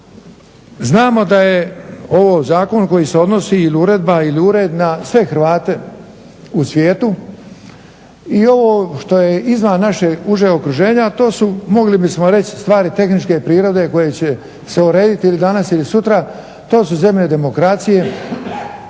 Znamo da je ovo zakon koji se odnosi ili uredba ili ured na sve Hrvate u svijetu. I ovo što je izvan našeg užeg okruženja to su mogli bismo reći stvari tehničke prirode koji će se urediti ili danas ili sutra. To su zemlje demokracije